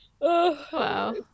Wow